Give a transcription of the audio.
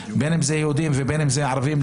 בין הם יהודים ובין אלה ערבים,